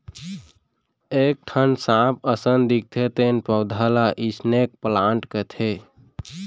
एक ठन सांप असन दिखथे तेन पउधा ल स्नेक प्लांट कथें